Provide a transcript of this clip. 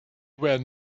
were